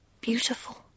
beautiful